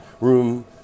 room